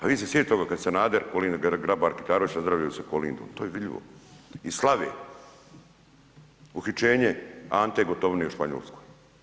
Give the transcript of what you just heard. A vi se sjetite toga kada Sanader, Kolinda Grabar Kitarović nazdravljao sa Kolindom, to je vidljivo i slave uhićenje Ante Gotovine u Španjolskoj.